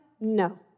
No